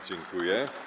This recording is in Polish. Dziękuję.